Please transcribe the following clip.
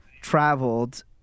traveled